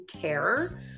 care